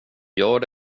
gör